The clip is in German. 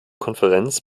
konferenz